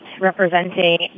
representing